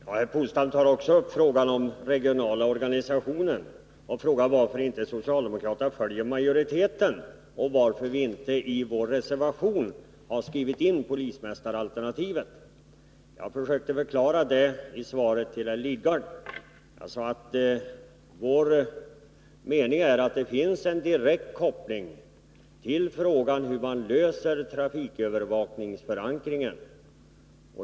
Herr talman! Herr Polstam tar också upp frågan om den regionala organisationen. Han frågar varför inte socialdemokraterna följer majoriteten och varför vi inte i vår reservation har skrivit in polismästaralternativet. Jag försökte förklara det i svaret till herr Lidgard. Jag sade att vår mening är att det finns en direkt koppling till frågan hur man löser trafikövervakningsförankringen.